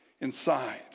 inside